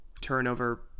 turnover